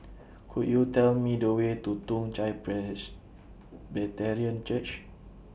Could YOU Tell Me The Way to Toong Chai Presbyterian Church